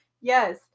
Yes